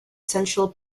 central